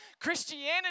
Christianity